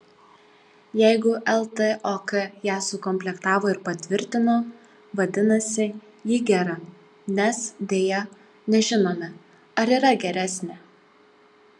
jeigu ltok ją sukomplektavo ir patvirtino vadinasi ji gera nes deja nežinome ar yra geresnė